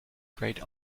great